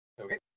Okay